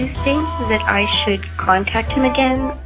think that i should contact him again.